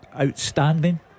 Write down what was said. outstanding